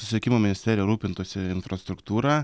susisiekimo ministerija rūpintųsi infrastruktūra